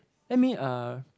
let me uh